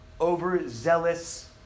overzealous